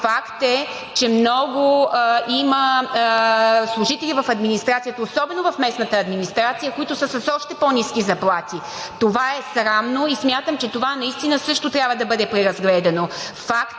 факт е, че има много служители в администрацията, особено в местната администрация, които са с още по-ниски заплати. Това е срамно и смятам, че това наистина също трябва да бъде преразгледано.